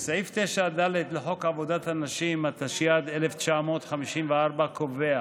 סעיף 9(ד) לחוק עבודת נשים, התשי"ד 1954, קובע